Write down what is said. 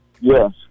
Yes